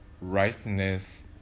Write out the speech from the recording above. rightness